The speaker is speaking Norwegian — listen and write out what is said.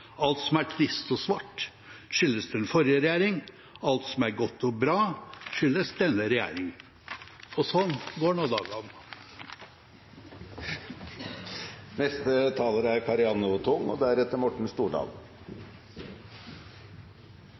Alt som er trist og svart, skyldes den forrige regjering. Alt som er godt og bra, skyldes denne regjering. Og «sånn går no dagan».